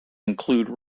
include